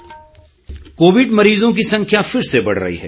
Covid संदेश covid मरीजों की संख्या फिर से बढ़ रही है